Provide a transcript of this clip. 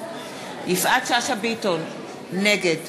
יפעת שאשא ביטון, נגד